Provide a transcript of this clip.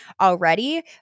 already